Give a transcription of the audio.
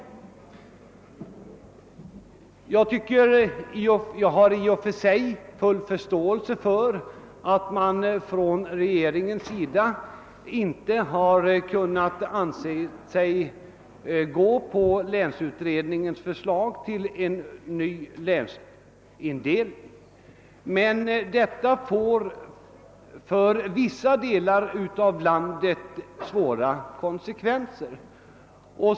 Jag har i och för sig full förståelse för att regeringen inte har ansett sig kunna följa länsutredningens förslag till en ny länsindelning, men detta får svåra konsekvenser för vissa delar av landet.